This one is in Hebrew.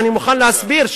אני מוכן להסביר,